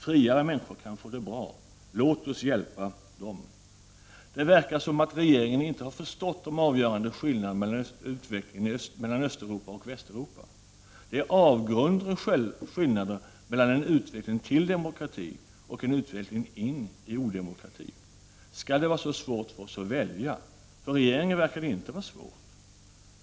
Fria människor kan få det bra. Låt oss hjälpa dem. Det verkar som om regeringen inte har förstått de avgörande skillnaderna i utvecklingen mellan Östoch Västeuropa. Det är avgrunder i skillnad mellan en utveckling till demokrati och en utveckling in i odemokrati. Skall det vara så svårt för oss att välja? För regeringen verkar det inte vara svårt.